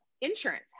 insurance